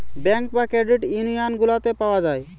bank বা credit union গুলাতে পাওয়া যায়